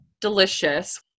delicious